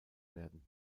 werden